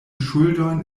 ŝuldojn